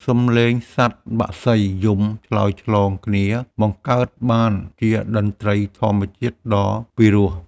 សំឡេងសត្វបក្សីយំឆ្លើយឆ្លងគ្នា បង្កើតបានជាតន្ត្រីធម្មជាតិដ៏ពីរោះ។